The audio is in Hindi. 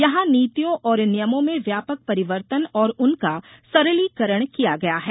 यहां नीतियों और नियमों में व्यापक परिवर्तन और उनका सरलीकरण किया गया है